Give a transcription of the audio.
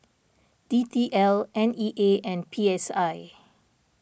D T L N E A and P S I